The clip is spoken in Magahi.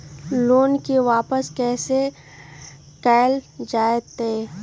लोन के वापस कैसे कैल जतय?